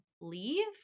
leave